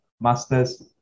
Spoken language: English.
masters